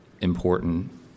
important